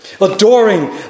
adoring